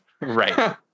Right